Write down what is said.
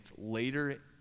later